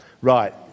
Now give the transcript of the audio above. right